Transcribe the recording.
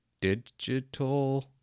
digital